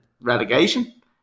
relegation